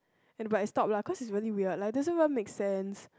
and but is stop lah cause is very weird like doesn't what make sense